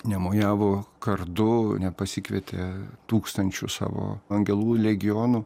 nemojavo kardu nepasikvietė tūkstančių savo angelų legionų